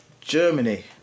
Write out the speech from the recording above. Germany